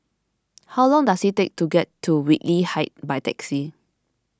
how long does it take to get to Whitley Heights by taxi